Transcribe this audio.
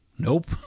Nope